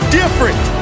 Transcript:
different